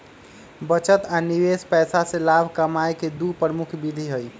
बचत आ निवेश पैसा से लाभ कमाय केँ दु प्रमुख विधि हइ